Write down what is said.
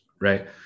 right